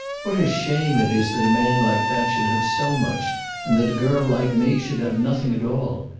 what a shame it is that a man like that should have so much and that a girl like me should have nothing at all.